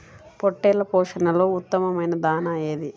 పొట్టెళ్ల పోషణలో ఉత్తమమైన దాణా ఏది?